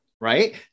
right